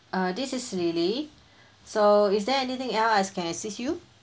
this is lily so is there anything else I can assist you